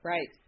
Right